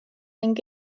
ning